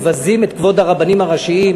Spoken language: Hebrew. מבזים את כבוד הרבנים הראשיים,